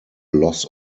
loss